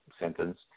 sentence